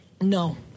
No